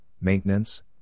Maintenance